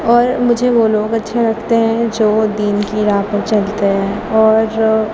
اور مجھے وہ لوگ اچھے لگتے ہیں جو دین کی راہ پر چلتے ہیں اور جو